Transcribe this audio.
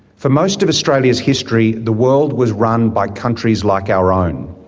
for most of australia's history, the world was run by countries like our own.